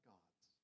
God's